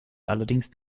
allerdings